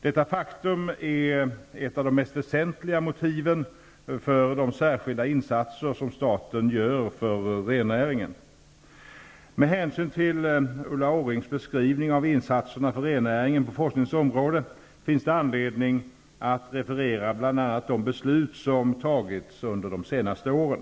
Detta faktum är ett av de mest väsentliga motiven för de särskilda insatser som staten gör för rennäringen. Med hänsyn till Ulla Orrings beskrivning av insatserna för rennäringen på forskningens område finns det anledning att referera bl.a. de beslut som tagits de senaste åren.